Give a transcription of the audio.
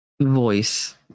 voice